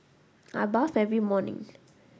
I bath every morning